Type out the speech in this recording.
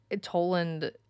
Toland